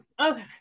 Okay